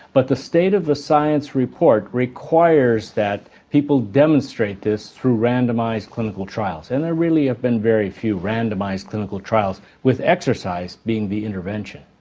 but the state of the science report requires that people demonstrate this through randomised clinical trials and there really have been very few randomised clinical trials with exercise being the intervention.